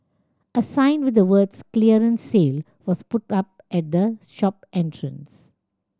a sign with the words clearance sale was put up at the shop entrance